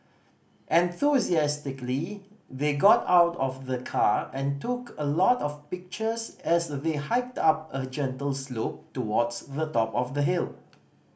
enthusiastically they got out of the car and took a lot of pictures as they hiked up a gentle slope towards the top of the hill